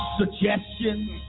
suggestions